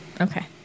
Okay